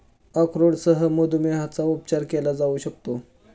अक्रोडसह मधुमेहाचा उपचार केला जाऊ शकतो